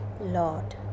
Lord